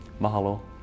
Mahalo